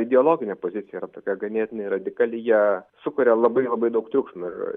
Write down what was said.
ta ideologinė pozicija yra tokia ganėtinai radikali jie sukuria labai labai daug triukšmo ir